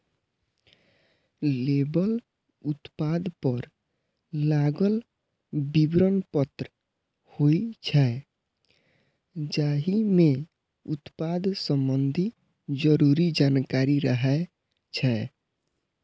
label उत्पाद पर लागल विवरण पत्र होइ छै, जाहि मे उत्पाद संबंधी जरूरी जानकारी रहै छै